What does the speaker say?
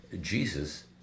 Jesus